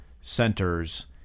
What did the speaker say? centers